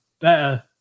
better